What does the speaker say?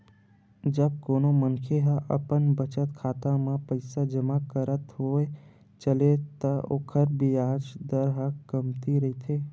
जब कोनो मनखे ह अपन बचत खाता म पइसा जमा करत होय चलथे त ओखर बियाज दर ह कमती रहिथे